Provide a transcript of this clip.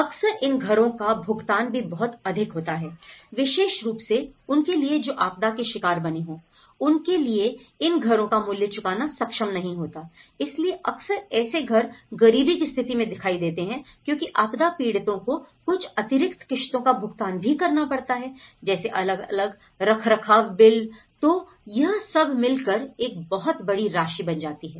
अक्सर इन घरों का भुगतान भी बहुत अधिक होता है विशेष रूप से उनके लिए जो आपदा के शिकार बने हो उनके लिए इन घरों का मूल्य चुकाना सक्षम नहीं होता इसलिए अक्सर ऐसे घर गरीबी की स्थिति में दिखाई देते हैं क्योंकि आपदा पीड़ितों को कुछ अतिरिक्त किश्तों का भुगतान भी करना पड़ता है जैसे अलग अलग रखरखाव बिल तो यह सब मिलकर एक बहुत बड़ी राशि बन जाती है